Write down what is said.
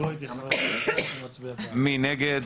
מי נגד.